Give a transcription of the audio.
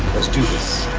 let's do this.